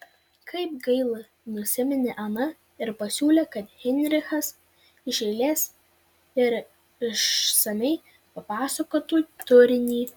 kaip gaila nusiminė ana ir pasiūlė kad heinrichas iš eilės ir išsamiai papasakotų turinį